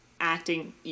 acting